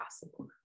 possible